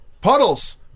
Puddles